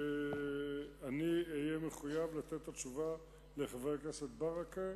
שאני אהיה מחויב לתת את התשובה לחבר הכנסת ברכה,